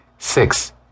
Six